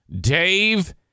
Dave